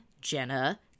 Jenna